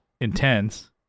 intense